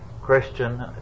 Christian